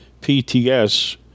pts